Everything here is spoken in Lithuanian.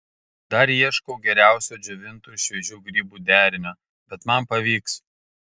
dar ieškau geriausio džiovintų ir šviežių grybų derinio bet man pavyks